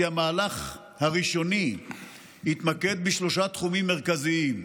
כי המהלך הראשוני יתמקד בשלושה תחומים מרכזיים: